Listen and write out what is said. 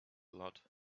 lot